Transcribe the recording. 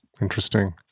Interesting